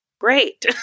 Great